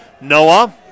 Noah